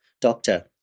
doctor